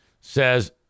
says